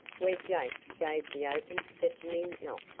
where jake gave the open sesame knock.